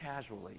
casually